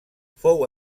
fou